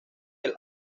del